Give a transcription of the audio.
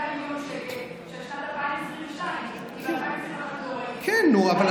של שנת 2022, כן, נו, אבל